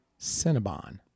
Cinnabon